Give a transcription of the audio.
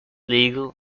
legal